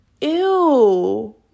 ew